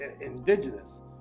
indigenous